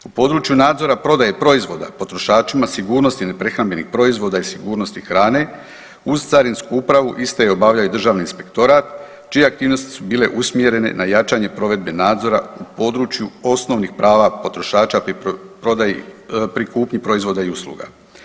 U području nadzora prodaje proizvoda potrošačima sigurnosti neprehrambenih proizvoda i sigurnosti hrane uz Carinsku upravu, iste obavlja i Državni inspektorat, čije aktivnosti su bile usmjerene na jačanje provedbe nadzora u području osnovnih prava potrošača pri prodaji, pri kupnji proizvoda i usluga.